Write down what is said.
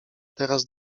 teraz